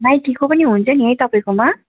नाइकीको पनि हुन्छ नि है तपाईँकोमा